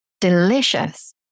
delicious